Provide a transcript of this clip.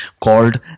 called